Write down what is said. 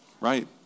Right